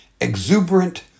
exuberant